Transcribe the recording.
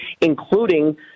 including